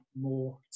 more